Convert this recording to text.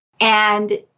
And-